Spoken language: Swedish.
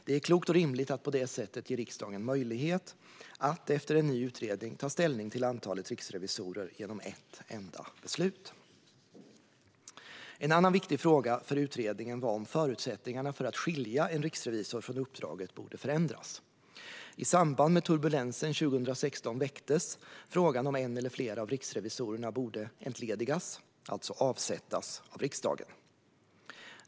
Det är klokt och rimligt att på det sättet ge riksdagen möjlighet att, efter en ny utredning, ta ställning till antalet riksrevisorer genom ett enda beslut. En annan viktig fråga för utredningen var om förutsättningarna för att skilja en riksrevisor från uppdraget borde förändras. I samband med turbulensen 2016 väcktes frågan om en eller flera av riksrevisorerna borde entledigas - avsättas - av riksdagen.